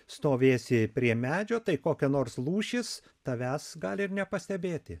stovėsi prie medžio tai kokia nors lūšis tavęs gali ir nepastebėti